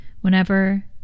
Whenever